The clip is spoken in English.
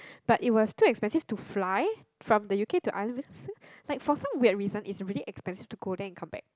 but it was too expensive to fly from the U_K to Ireland because like for some weird reason it's really expensive to go there and come back